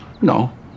no